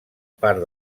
part